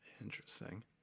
Interesting